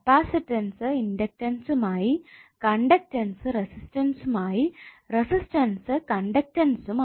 capacitance ഇണ്ടക്ടൻസുമായി conductance റസിസ്റ്റൻസുമായി resistance കണ്ടക്ടൻസുമായി